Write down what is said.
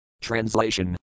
Translation